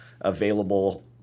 available